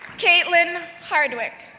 caitlin hardwick,